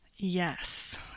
Yes